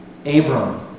Abram